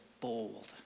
bold